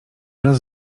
wraz